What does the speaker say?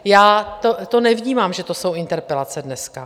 Já to nevnímám, že to jsou interpelace dneska.